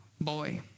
boy